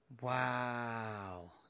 Wow